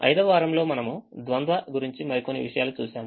ఐదవ వారంలో మనము ద్వంద్వ గురించి మరికొన్ని విషయాలను చూశాము